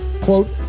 Quote